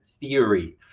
theory